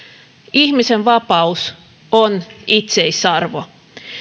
ihmisen vapaus on itseisarvo